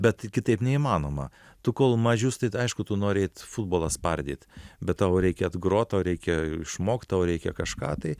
bet kitaip neįmanoma tu kol mažius tai aišku tu nori eit futbolą spardyt bet tau reikia atgrot tau reikia išmokt tau reikia kažką tai